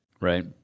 Right